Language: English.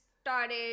started